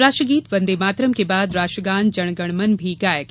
राष्ट्रगीत वन्दे मातरम के बाद राष्ट्र गान जन गण मन भी गाया गया